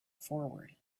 forward